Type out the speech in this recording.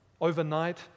overnight